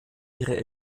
ihre